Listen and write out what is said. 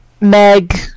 meg